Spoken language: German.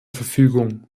verfügung